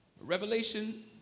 Revelation